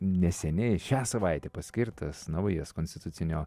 neseniai šią savaitę paskirtas naujas konstitucinio